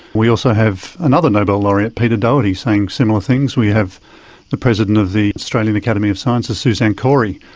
we also have another nobel laureate, peter doherty, saying similar things. we have the president of the australian academy of sciences, suzanne cory,